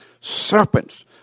serpents